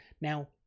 now